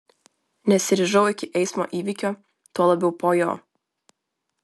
nesiryžau iki eismo įvykio tuo labiau po jo